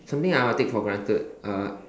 something I would take for granted uh